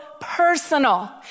personal